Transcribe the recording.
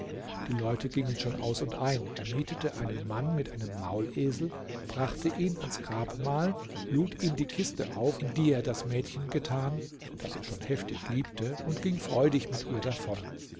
die leute gingen schon aus und ein er mietete einen mann mit einem maulesel brachte ihn ans grabmal lud ihm die kiste auf in die er das mädchen getan das er schon heftig liebte und ging freudig mit ihr davon